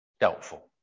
doubtful